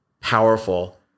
powerful